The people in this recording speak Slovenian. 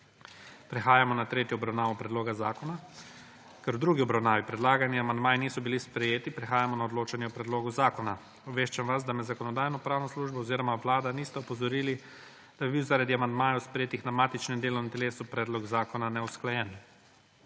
Prehajamo na tretjo obravnavo predloga zakona. Ker v drugi obravnavi predlagani amandmaji niso bili sprejeti prehajamo na odločanje o predlogu zakona. Obveščam vas, da me Zakonodajno-pravna služba oziroma Vlada nista opozorili, da bi bil, zaradi amandmajem sprejetih na matičnem delovnem telesu predlog zakona neusklajen.